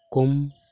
ᱠᱚᱢ